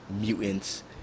mutants